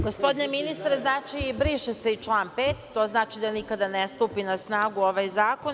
Gospodine ministre, briše se i član 5. to znači, da nikada ne stupi na snagu ovaj zakon.